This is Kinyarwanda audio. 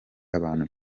abantu